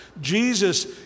Jesus